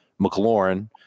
McLaurin